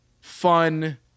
fun